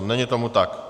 Není tomu tak.